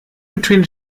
between